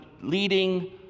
leading